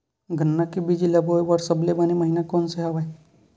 गन्ना के बीज ल बोय बर सबले बने महिना कोन से हवय?